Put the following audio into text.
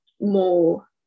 more